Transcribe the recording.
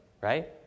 right